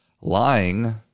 lying